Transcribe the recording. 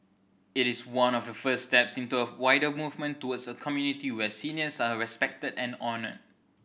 it is one of the first steps into a wider movement towards a community where seniors are respected and honoured